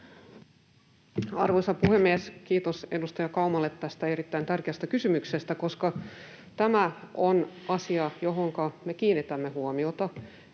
Arvoisa puhemies! Kiitos edustaja Kaumalle tästä erittäin tärkeästä kysymyksestä, koska tämä on asia, johonka me kiinnitämme huomiota,